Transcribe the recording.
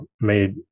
made